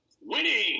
Winning